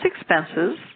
expenses